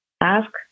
Ask